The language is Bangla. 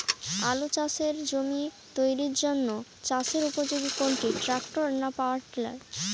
আলু চাষের জমি তৈরির জন্য চাষের উপযোগী কোনটি ট্রাক্টর না পাওয়ার টিলার?